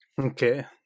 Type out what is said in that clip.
Okay